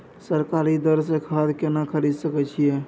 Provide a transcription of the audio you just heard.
सरकारी दर से खाद केना खरीद सकै छिये?